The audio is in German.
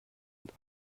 und